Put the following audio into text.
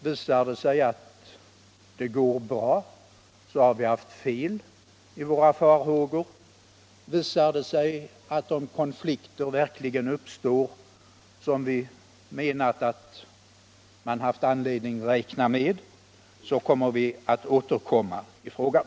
Visar det sig att det går bra, har vi haft fel i våra farhågor. Visar det sig att de konflikter verkligen uppstår som vi menat att man haft anledning räkna med, så kommer vi att återkomma i frågan.